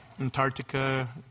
Antarctica